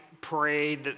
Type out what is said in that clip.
parade